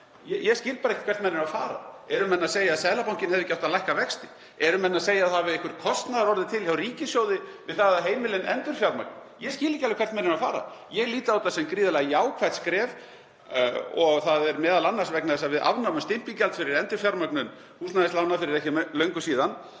Ég skil ekki hvert menn eru að fara. Eru menn að segja að Seðlabankinn hefði ekki átt að lækka vexti? Eru menn að segja að það hafi einhver kostnaður orðið til hjá ríkissjóði við það að heimilin endurfjármagni? Ég skil ekki alveg hvert menn eru að fara. Ég lít á þetta sem gríðarlega jákvætt skref og það er m.a. vegna þess að við afnámum stimpilgjald fyrir endurfjármögnun húsnæðislána fyrir ekki löngu síðan,